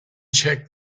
checked